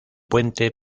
puente